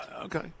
Okay